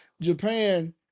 Japan